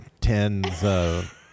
tens